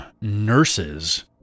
nurses